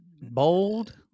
bold